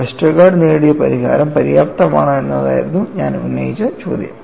Westergaard നേടിയ പരിഹാരം പര്യാപ്തമാണോ എന്നതായിരുന്നു ഞാൻ ഉന്നയിച്ച ചോദ്യം